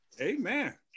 Amen